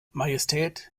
majestät